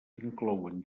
inclouen